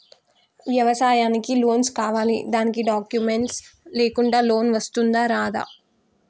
వ్యవసాయానికి లోన్స్ కావాలి దానికి డాక్యుమెంట్స్ లేకుండా లోన్ వస్తుందా రాదా?